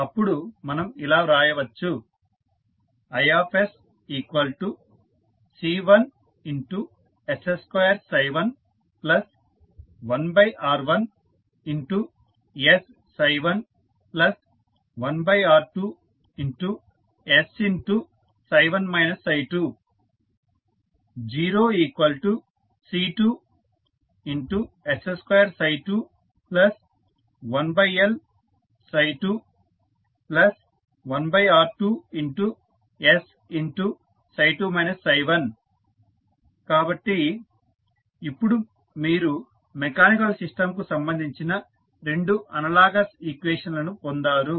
అప్పుడు మనం ఇలా వ్రాయవచ్చు IsC1s211R1s11R2s 0 C2s221L21R2s కాబట్టి ఇప్పుడు మీరు మెకానికల్ సిస్టంకు సంబంధించిన రెండు అనలాగస్ ఈక్వేషన్ లను పొందారు